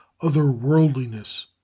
otherworldliness